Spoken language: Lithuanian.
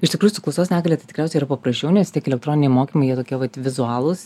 iš tikrųjų su klausos negalia tai tikriausiai yra paprasčiau nes tiek elektroniniai mokymai jie tokie vat vizualūs